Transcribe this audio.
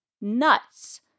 nuts